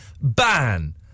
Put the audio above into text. ban